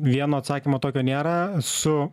vieno atsakymo tokio nėra su